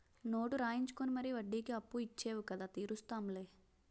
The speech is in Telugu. నోటు రాయించుకుని మరీ వడ్డీకి అప్పు ఇచ్చేవు కదా తీరుస్తాం లే